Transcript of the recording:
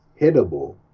hittable